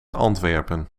antwerpen